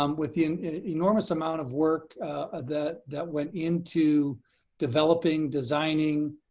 um with the enormous amount of work that that went into developing, designing,